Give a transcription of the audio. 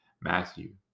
Matthew